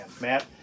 matt